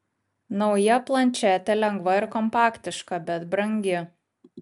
nauja plančetė lengva ir kompaktiška bet brangi